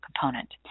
component